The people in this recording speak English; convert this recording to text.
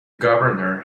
governor